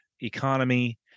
economy